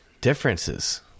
differences